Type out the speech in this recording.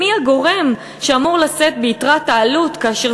מי הגורם שאמור לשאת ביתרת העלות כאשר